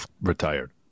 retired